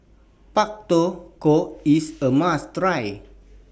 Pak Thong Ko IS A must Try